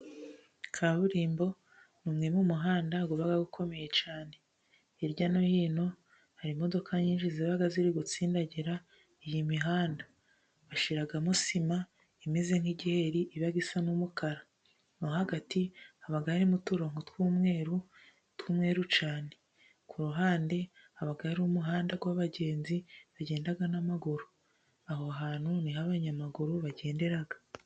Kaburimbo ni umwe mumuhanda uba ukomeye cyane, hirya no hino hari imodoka nyinshi ziba ziri gutsindagira iyi mihanda, bashiramo sima imeze nk'igiheri iba isa n'umukara, no hagati haba n'uturongo tw'umweru, tw'umweru cyane. Ku ruhande aba ari umuhanda w'abagenzi bagenda n'amaguru, aho hantu niho abanyamaguru bagendera.